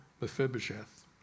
Mephibosheth